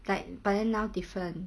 like but then now different